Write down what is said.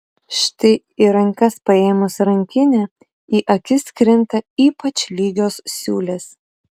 štai į rankas paėmus rankinę į akis krinta ypač lygios siūlės